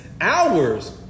hours